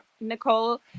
Nicole